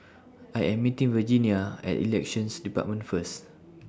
I Am meeting Virginia At Elections department First